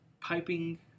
piping